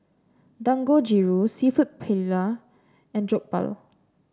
Dangojiru seafood Paella and Jokbal